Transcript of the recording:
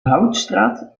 houtstraat